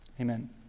Amen